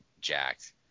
jacked